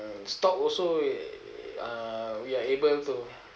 uh stock also uh we are able to